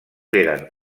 eren